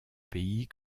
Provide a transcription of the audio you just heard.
pays